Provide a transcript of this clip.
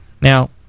Now